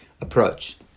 approach